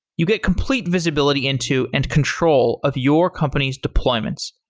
you get complete visibility into and control of your company's deployments.